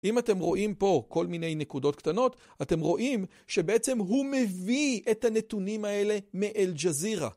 אם אתם רואים פה כל מיני נקודות קטנות, אתם רואים שבעצם הוא מביא את הנתונים האלה מאלג'זירה.